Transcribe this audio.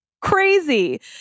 crazy